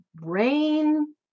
rain